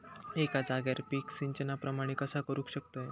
एका जाग्यार पीक सिजना प्रमाणे कसा करुक शकतय?